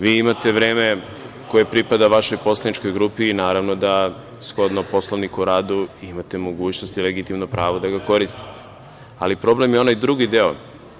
Vi imate vreme koje pripada vašoj poslaničkoj grupi i naravno da shodno Poslovniku o radu imate mogućnost i legitimno pravo da ga koristite, ali problem je onaj drugi deo.